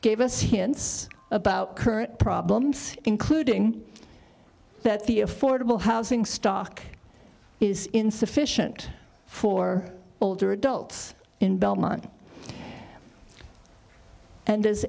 gave us hints about current problems including that the affordable housing stock is insufficient for older adults in belmont and